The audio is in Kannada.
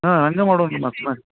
ಹಾಂ ಹಾಗಾ ಮಾಡೋಣ್ ಮತ್ತೆ